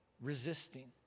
resisting